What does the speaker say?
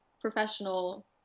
professional